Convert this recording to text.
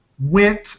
went